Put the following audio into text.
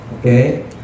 Okay